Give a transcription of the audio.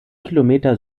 kilometer